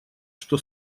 что